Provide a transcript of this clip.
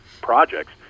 projects